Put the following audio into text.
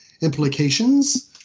implications